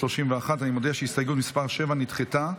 31. אני מודיע שהסתייגות מס' 7 נדחתה.